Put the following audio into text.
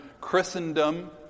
Christendom